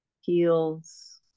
heels